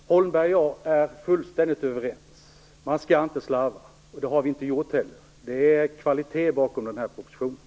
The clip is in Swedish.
Fru talman! Håkan Holmberg och jag är fullständigt överens. Man skall inte slarva. Det har vi heller inte gjort. Det är kvalitet bakom den här propositionen.